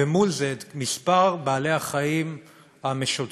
ומול זה את מספר בעלי החיים המשוטטים,